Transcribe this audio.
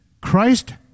Christ